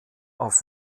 auf